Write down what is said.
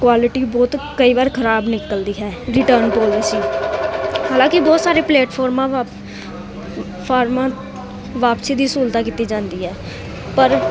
quality ਬਹੁਤ ਕਈ ਵਾਰ ਖ਼ਰਾਬ ਨਿਕਲਦੀ ਹੈ ਰਿਟਰਨ ਪੋਲਸੀ ਹਾਲਾਂਕਿ ਬਹੁਤ ਸਾਰੇ ਪਲੇਟਫਾਰਮਾਂ ਵਾ ਫਾਰਮਾਂ ਵਾਪਸੀ ਦੀ ਸਹੂਲਤਾਂ ਕੀਤੀ ਜਾਂਦੀ ਹੈ ਪਰ